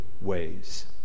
ways